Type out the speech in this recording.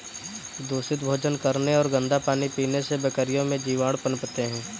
दूषित भोजन करने और गंदा पानी पीने से बकरियों में जीवाणु पनपते हैं